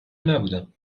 نبودم